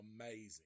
amazing